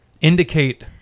indicate